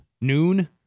Noon